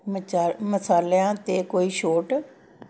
ਮਛਾ ਮਸਾਲਿਆ ਤੇ ਕੋਈ ਛੋਟ